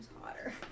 hotter